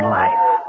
life